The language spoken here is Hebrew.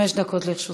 חמש דקות לרשותך.